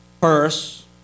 purse